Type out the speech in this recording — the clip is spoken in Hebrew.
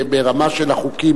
ברמה של החוקים?